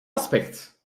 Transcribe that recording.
aspect